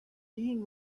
being